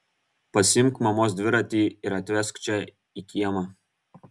pasiimk mamos dviratį ir atvesk čia į kiemą